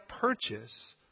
purchase